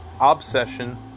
obsession